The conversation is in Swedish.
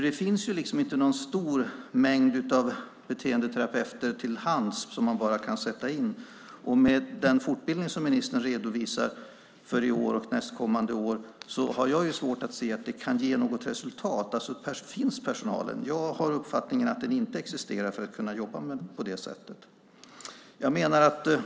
Det finns ju inte någon stor mängd av beteendeterapeuter till hands som man bara kan sätta in, och jag har svårt att se att den fortbildning som ministern redovisar för i år och nästkommande år kan ge något resultat. Alltså: Finns den personalen? Jag har uppfattningen att den inte existerar för att kunna jobba på det sättet.